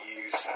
use